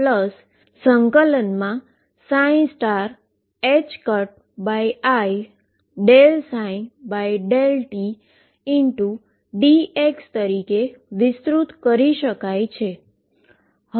જે ∞∂ψ∂ti ∂ψ∂xdx∫i∂x ∂ψ∂tdx તરીકે વિસ્તૃત કરી શકાય છે